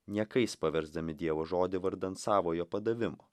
niekais paversdami dievo žodį vardan savojo padavimo